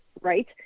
Right